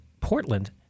Portland